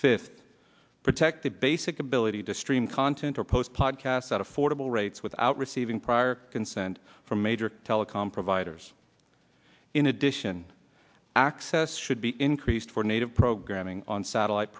fifty protect the basic ability to stream content or post pod cast at affordable rates without receiving prior consent from major telecom providers in addition access should be increased for native programming on satellite